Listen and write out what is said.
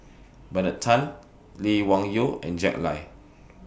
Bernard Tan Lee Wung Yew and Jack Lai